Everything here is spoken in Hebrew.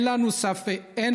תודה רבה, חבר הכנסת נגוסה.